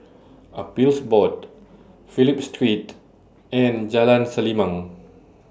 Appeals Board Phillip Street and Jalan Selimang